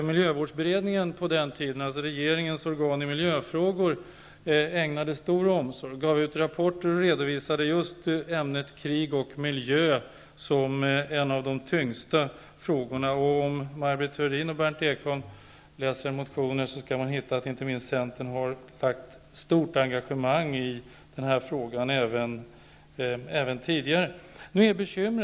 Miljövårdsberedningen -- regeringens dåvarande organ i miljöfrågor -- ägnade stor omsorg åt och gav ut rapporter i ämnet krig och miljö som en av de tyngsta frågorna. Om Maj Britt Theorin och Berndt Ekholm läser motioner skall de finna att inte minst Centern har haft ett stort engagemang i den här frågan även tidigare.